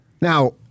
Now